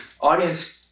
Audience